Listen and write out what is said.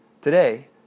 Today